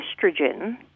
estrogen